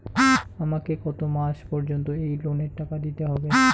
আমাকে কত মাস পর্যন্ত এই লোনের টাকা দিতে হবে?